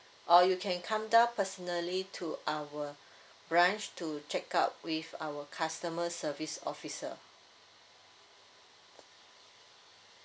or you can come down personally to our branch to check out with our customer service officer